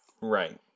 Right